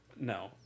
No